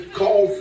call